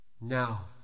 Now